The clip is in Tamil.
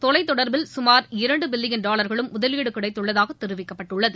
தொலைத் தொடர்பில் சுமார் இரண்டு பில்லியன் டாலர்களும் முதலீடு கிடைத்துள்ளதாக தெரிவிக்கப்பட்டுள்ளது